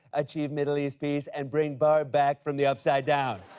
achieve middle east peace, and bring barb back from the upside down.